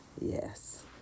Yes